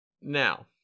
now